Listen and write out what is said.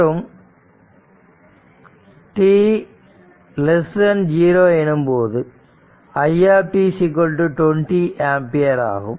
மற்றும் t 0 எனும்போது i t 20 ampere ஆகும்